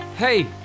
hey